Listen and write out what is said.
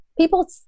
People